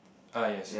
err yes